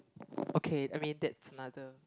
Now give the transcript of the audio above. okay I mean that's another